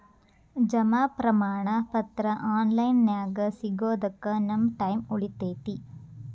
ಜಮಾ ಪ್ರಮಾಣ ಪತ್ರ ಆನ್ ಲೈನ್ ನ್ಯಾಗ ಸಿಗೊದಕ್ಕ ನಮ್ಮ ಟೈಮ್ ಉಳಿತೆತಿ